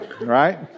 right